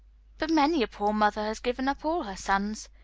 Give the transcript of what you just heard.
but many a poor mother has given up all her sons,